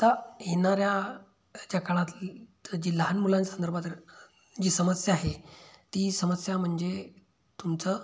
आता येणाऱ्याच काळात जी लहान मुलांसंदर्भात जी समस्या आहे ती समस्या म्हणजे तुमचं